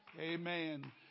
Amen